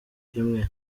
imwe